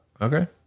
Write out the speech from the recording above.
okay